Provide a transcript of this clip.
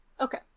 Okay